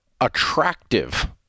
attractive